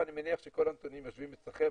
ואני מניח שכל הנתונים יושבים אצלכם.